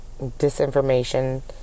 disinformation